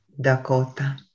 Dakota